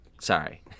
sorry